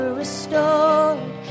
restored